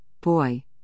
Boy